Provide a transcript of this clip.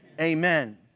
amen